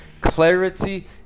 clarity